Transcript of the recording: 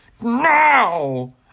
now